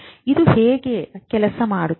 ಇದು ಹೇಗೆ ಕೆಲಸ ಮಾಡುತ್ತದೆ